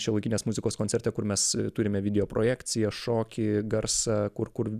šiuolaikinės muzikos koncerte kur mes turime video projekciją šokį garsą kur kur